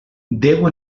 déu